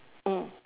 mm